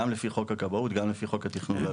גם לפי חוק הכבאות וגם לפי חוק התכנון והבנייה.